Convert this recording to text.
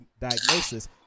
diagnosis